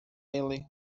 ele